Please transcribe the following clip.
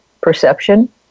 perception